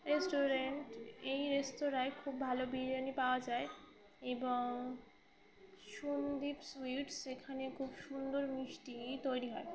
restaurant এই রেস্তোরাঁয় খুব ভালো বিরিয়ানি পাওয়া যায় এবং সন্দীপ সুইটস সেখানে খুব সুন্দর মিষ্টি তৈরি হয়